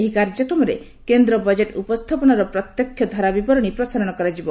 ଏହି କାର୍ଯ୍ୟକ୍ରମରେ କେନ୍ଦ୍ର ବଜେଟ୍ ଉପସ୍ଥାପନର ପ୍ରତ୍ୟକ୍ଷ ଧାରାବିବରଣୀ ପ୍ରସାରଣ କରାଯିବ